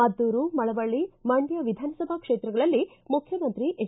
ಮದ್ದೂರು ಮಳವಳ್ಳಿ ಮಂಡ್ಯ ವಿಧಾನಸಭಾ ಕ್ಷೇತ್ರಗಳಲ್ಲಿ ಮುಖ್ಠಮಂತ್ರಿ ಎಚ್